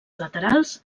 laterals